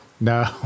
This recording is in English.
No